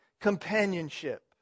companionship